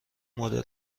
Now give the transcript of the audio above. مدل